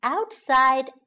Outside